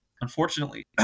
unfortunately